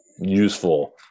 useful